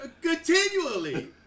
Continually